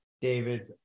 David